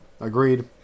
agreed